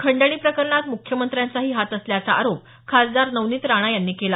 खंडणी प्रकरणात मुख्यमंत्र्यांचाही हात असल्याचा आरोप खासदार नवनीत राणा यांनी केला